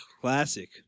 classic